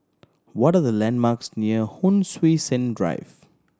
what are the landmarks near Hon Sui Sen Drive